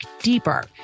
deeper